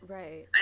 right